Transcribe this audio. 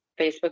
Facebook